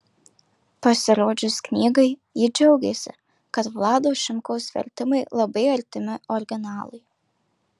pasirodžius knygai ji džiaugėsi kad vlado šimkaus vertimai labai artimi originalui